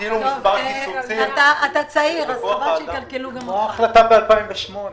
אתה צעיר, אז חבל שיקלקלו גם אותך.